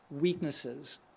weaknesses